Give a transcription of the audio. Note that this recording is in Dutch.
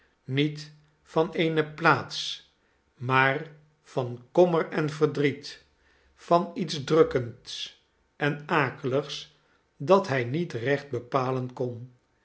niet van eene plaats maar van kommer en verdriet van iets drukkends en akeligs dat hij niet recht bepalen kon